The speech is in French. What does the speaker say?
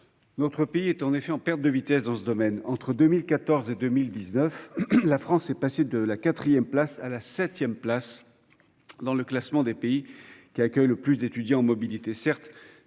notre pays est en perte de vitesse dans ce domaine. Ainsi, entre 2014 et 2019, la France est passée de la quatrième place à la septième place dans le classement des pays accueillant le plus d'étudiants en mobilité.